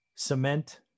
Cement